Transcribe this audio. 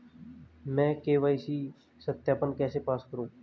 मैं के.वाई.सी सत्यापन कैसे पास करूँ?